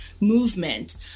movement